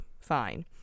Fine